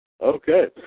Okay